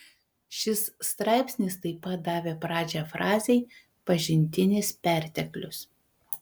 šis straipsnis taip pat davė pradžią frazei pažintinis perteklius